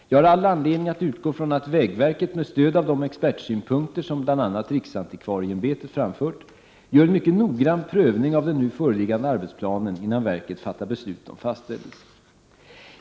Jag har all anledning att utgå från att vägverket, med stöd av de expertsynpunkter som bl.a. riksantikvarieämbetet framfört, gör en mycket noggrann prövning av den nu föreliggande arbetsplanen innan verket fattar beslut om fastställelse.